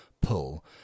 pull